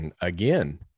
again